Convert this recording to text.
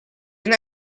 and